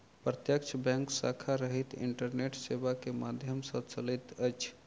प्रत्यक्ष बैंक शाखा रहित इंटरनेट सेवा के माध्यम सॅ चलैत अछि